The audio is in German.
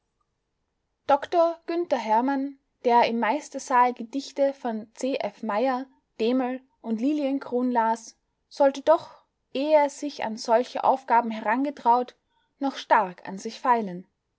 dr günther herrmann der im meistersaal gedichte von c f meyer dehmel und liliencron las sollte doch ehe er sich an solche aufgaben herangetraut noch stark an sich feilen